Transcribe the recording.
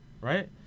Right